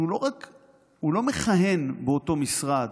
שהוא לא מכהן באותו משרד,